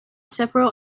several